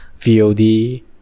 VOD